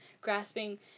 grasping